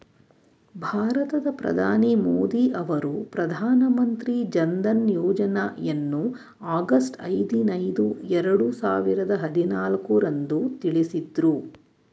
ಭಾರತದ ಪ್ರಧಾನಿ ಮೋದಿ ಅವರು ಪ್ರಧಾನ ಮಂತ್ರಿ ಜನ್ಧನ್ ಯೋಜ್ನಯನ್ನು ಆಗಸ್ಟ್ ಐದಿನೈದು ಎರಡು ಸಾವಿರದ ಹದಿನಾಲ್ಕು ರಂದು ತಿಳಿಸಿದ್ರು